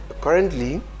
currently